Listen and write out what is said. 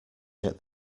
get